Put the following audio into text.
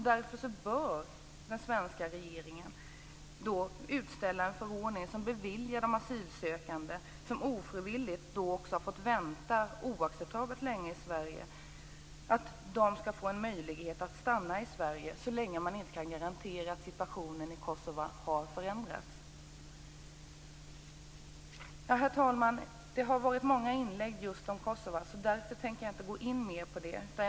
Därför bör den svenska regeringen låta de asylsökande som ofrivilligt har fått vänta oacceptabelt länge i Sverige få en möjlighet att stanna i Sverige så länge som man inte kan garantera att situationen i Kosova har förändrats. Herr talman! Det har varit många inlägg just om Kosova. Därför tänker jag inte gå in mer på den frågan.